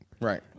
Right